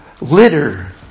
litter